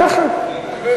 יחד.